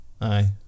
Aye